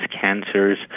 cancers